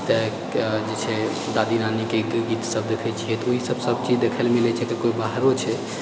तऽजे छै दादी नानी के गीत सब देखै छिऐ तऽ ओहि सब सब चीज देखै लऽमिलैत छै तऽ कोइ बाहरो छै